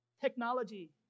technology